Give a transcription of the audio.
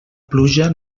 pluja